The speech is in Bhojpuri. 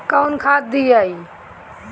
कौन खाद दियई?